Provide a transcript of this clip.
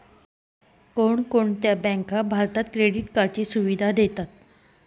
कोणकोणत्या बँका भारतात क्रेडिट कार्डची सुविधा देतात?